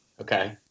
okay